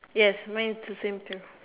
yes mine is the same too